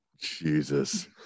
Jesus